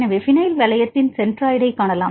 எனவே phenyl வளையத்தின் சென்ட்ராய்டைக் காணலாம்